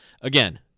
Again